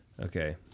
Okay